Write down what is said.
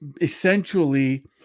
essentially